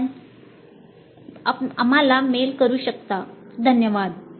धन्यवाद